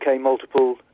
multiple